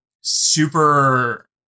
super